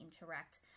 interact